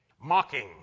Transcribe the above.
Mocking